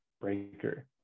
breaker